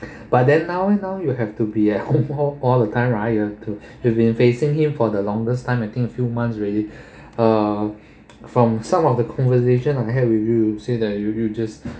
but then now eh now eh you have to be at home all the time right you have to have been facing him for the longest time I think few months already uh from some of the conversation I've had with you say that you you just